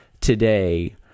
today